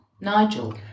Nigel